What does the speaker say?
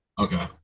Okay